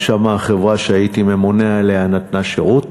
ששם החברה שהייתי ממונה עליה נתנה שירות,